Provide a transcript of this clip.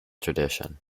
tradition